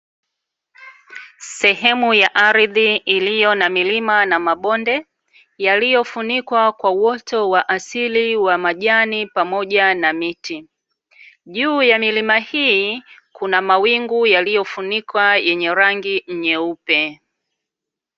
Sehemu ya ardhi iliyo na milima na mabonde yaliyofunikwa kwa uoto wa asili wa majani pamoja na miti, juu ya milima hii kuna mawingu yaliyofunikwa yenye rangi nyeupe.